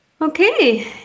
Okay